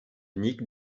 nick